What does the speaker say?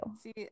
See